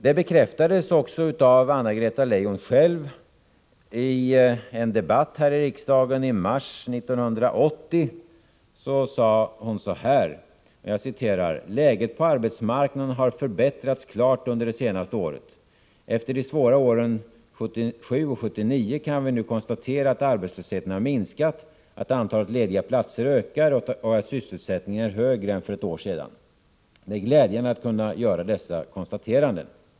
Att vi var på rätt väg bekräftades av Anna-Greta Leijon själv i en debatt här i riksdagen i mars 1980, då hon sade: Läget på arbetsmarknaden har förbättrats klart under det senaste året. Efter de svåra åren 1977-1979 kan vi nu konstatera att arbetslösheten har minskat, att antalet lediga platser ökar och att sysselsättningen är högre än för ett år sedan. Det är glädjande att kunna göra dessa konstateranden.